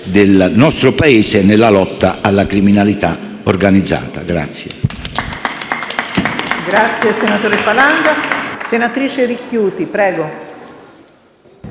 del nostro Paese e nella lotta alla criminalità organizzata.